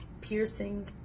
piercing